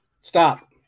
Stop